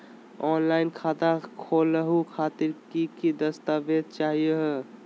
Offline खाता खोलहु खातिर की की दस्तावेज चाहीयो हो?